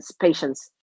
patience